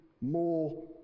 more